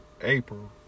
April